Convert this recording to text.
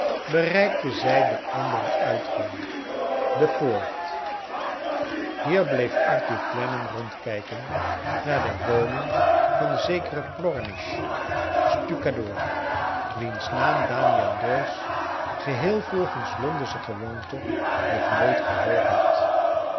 bereikten zrj den anderen uitgang de poort plier bleef arthur clennam romdkijken naar de woning van zekeren plornish stucadoor wiens na am daniel doyce geheel volgens londensche gewoonte nog nooit gehoord had